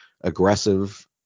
aggressive